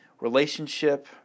relationship